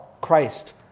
Christ